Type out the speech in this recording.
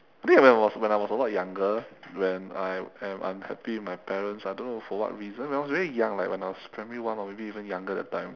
maybe when I was when I was a lot younger when I'm when I'm happy with my parents I don't know for what reason I was very young like when I was primary one or maybe even younger that time